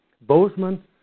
Bozeman